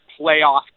playoff